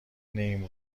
این